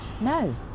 No